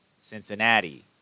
Cincinnati